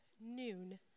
noon